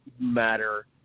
matter